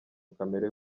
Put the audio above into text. kamere